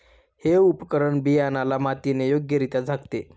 हे उपकरण बियाण्याला मातीने योग्यरित्या झाकते